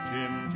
Jim